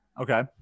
Okay